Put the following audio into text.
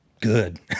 good